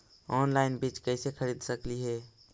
Online बीज कईसे खरीद सकली हे?